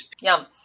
Yum